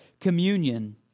Communion